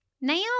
Now